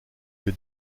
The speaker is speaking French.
que